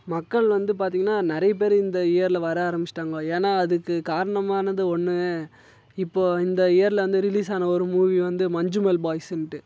மக்கள் வந்து பார்த்திங்கன்னா நிறைய பேர் இந்த இயரில் வர ஆரம்பிச்சிட்டாங்கோ ஏன்னா அதுக்கு காரணமானது ஒன்று இப்போ இந்த இயரில் வந்து ரிலீஸான ஒரு மூவி வந்து மஞ்சுமெல் பாய்ஸ்ஸுன்ட்டு